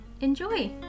enjoy